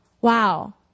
wow